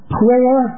prayer